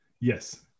Yes